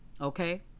Okay